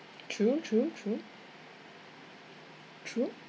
true true true true